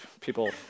people